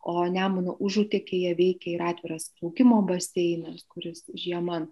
o nemuno užutekyje veikė ir atviras plaukimo baseinas kuris žiemą